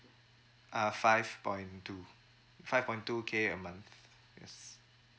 uh five point two five point two K a month yes